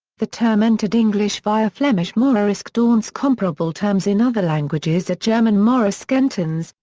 the term entered english via flemish mooriske danse comparable terms in other languages are german moriskentanz,